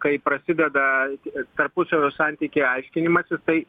kai prasideda tarpusavio santykį aiškinimąsi tai